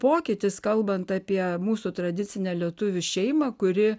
pokytis kalbant apie mūsų tradicinę lietuvių šeimą kuri